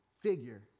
figure